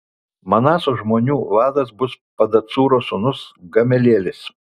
manaso žmonių vadas bus pedacūro sūnus gamelielis